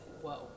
whoa